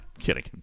kidding